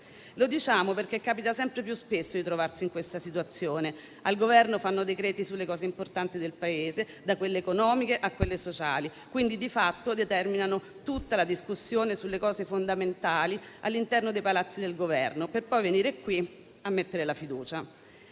Lo diciamo perché capita sempre più spesso di trovarsi in questa situazione: al Governo fanno decreti-legge sulle cose importanti del Paese, da quelle economiche a quelle sociali. Quindi, di fatto, determinano tutta la discussione sulle cose fondamentali all'interno dei palazzi del Governo, per poi venire qui a mettere la fiducia.